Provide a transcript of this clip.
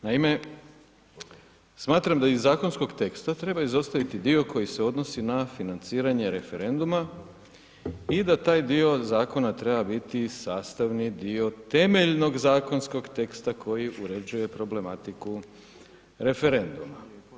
Naime, smatram da iz zakonskog teksta treba izostaviti dio koji se odnosi na financiranje referenduma i da taj dio Zakona treba biti sastavni dio temeljnog zakonskog teksta koji uređuje problematiku referenduma.